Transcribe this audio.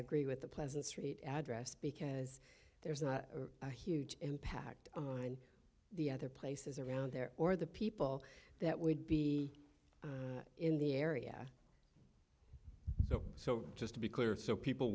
agree with the pleasant street address because there's a huge impact on the other places around there or the people that would be in the area so just to be clear so people